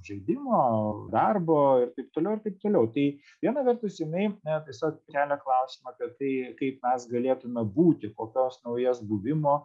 žaidimo darbo ir taip toliau ir taip toliau tai viena vertus jinai na tiesiog kelia klausimą apie tai kaip mes galėtume būti kokias naujas buvimo